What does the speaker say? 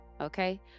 okay